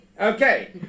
Okay